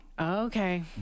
Okay